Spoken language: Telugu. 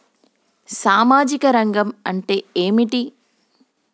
సామాజిక రంగం అంటే ఏమిటి?